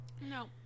No